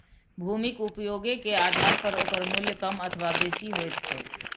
भूमिक उपयोगे के आधार पर ओकर मूल्य कम अथवा बेसी होइत छैक